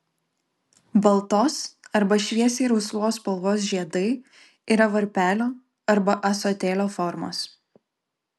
baltos arba šviesiai rausvos spalvos žiedai yra varpelio arba ąsotėlio formos